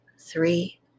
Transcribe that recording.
three